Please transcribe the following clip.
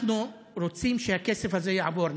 אנחנו רוצים שהכסף הזה יעבור.